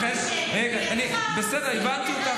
זה מה שאמרתי.